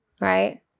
right